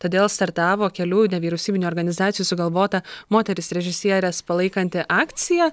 todėl startavo kelių nevyriausybinių organizacijų sugalvota moteris režisieres palaikanti akcija